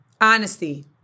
honesty